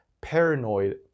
paranoid